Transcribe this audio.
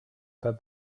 pas